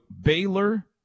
Baylor